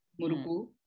muruku